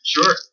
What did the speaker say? Sure